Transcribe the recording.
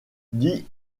dit